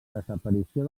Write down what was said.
desaparició